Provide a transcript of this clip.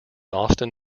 austin